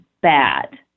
bad